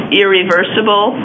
irreversible